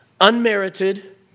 unmerited